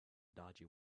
dodgy